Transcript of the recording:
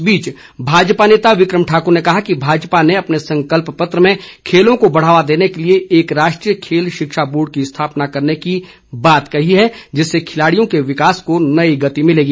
इस बीच भाजपा नेता विक्रम ठाकुर ने कहा कि भाजपा ने अपने संकल्प पत्र में खेलों को बढ़ावा देने के लिए एक राष्ट्रीय खेल शिक्षा बोर्ड की स्थापना करने की बात कही है जिससे खिलाड़ियों के विकास को नई गति मिलेगी